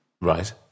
Right